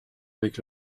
avec